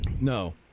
No